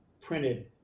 printed